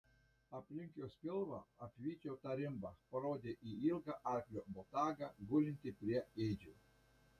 aplink jos pilvą apvyčiau tą rimbą parodė į ilgą arklio botagą gulintį prie ėdžių